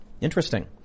Interesting